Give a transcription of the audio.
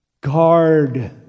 Guard